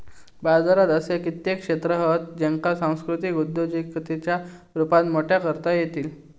बाजारात असे कित्येक क्षेत्र हत ज्येंका सांस्कृतिक उद्योजिकतेच्या रुपात मोठा करता येईत